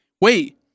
Wait